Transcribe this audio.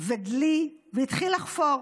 ודלי והתחיל לחפור.